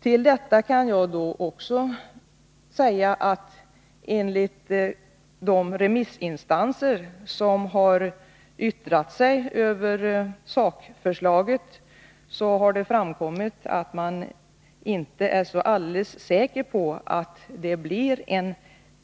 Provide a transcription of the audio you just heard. Till detta kan jag också foga att det har framkommit att de remissinstanser som har yttrat sig över sakförslaget inte är helt säkra på att det blir en